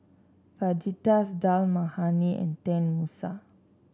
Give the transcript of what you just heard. Fajitas Dal Makhani and Tenmusu